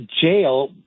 jail